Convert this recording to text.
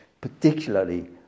particularly